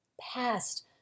past